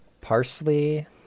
Parsley